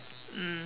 mm